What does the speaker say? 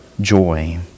joy